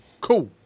cool